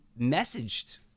messaged